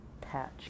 patch